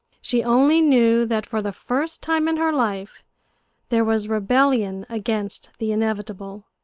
she only knew that for the first time in her life there was rebellion against the inevitable.